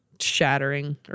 shattering